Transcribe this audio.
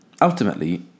ultimately